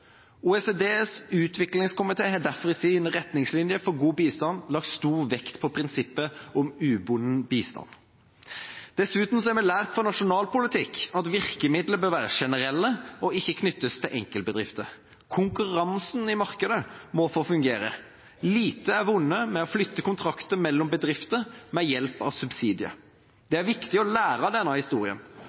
OECDs utviklingskomité har derfor i sine retningslinjer for god bistand lagt stor vekt på prinsippet om ubundet bistand. Dessuten har vi lært fra nasjonal politikk at virkemidler bør være generelle og ikke knyttes til enkeltbedrifter. Konkurransen i markedet må få fungere. Lite er vunnet ved å flytte kontrakter mellom bedrifter ved hjelp av subsidier. Det er viktig å lære av denne historien,